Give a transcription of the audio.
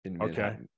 Okay